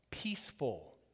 peaceful